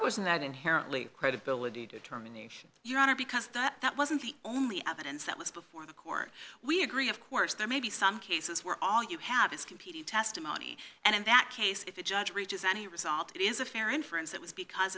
in that inherently credibility determination your honor because that wasn't the only evidence that was before the court we agree of course there may be some cases where all you have is competing testimony and in that case if the judge reaches any result it is a fair inference that was because